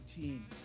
team